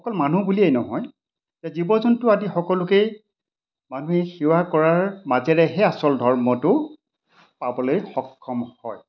অকল মানুহ বুলিয়েই নহয় যে জীৱ জন্তু আদি সকলোকেই মানুহে সেৱা কৰাৰ মাজেৰেহে আচল ধৰ্মটো পাবলৈ সক্ষম হয়